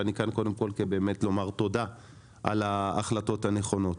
ואני כאן קודם כול כדי להגיד תודה על ההחלטות הנכונות.